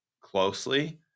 closely